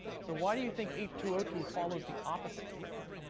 so, why do you think h two o two follows the opposite trend?